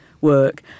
work